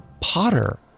Potter